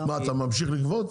אתה ממשיך לגבות?